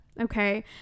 okay